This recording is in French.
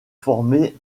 former